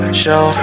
show